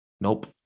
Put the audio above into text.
Nope